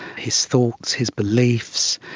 his thoughts, his beliefs,